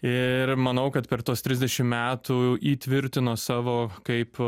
ir manau kad per tuos trisdešim metų įtvirtino savo kaip